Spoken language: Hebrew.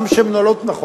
גם שמנוהלות נכון,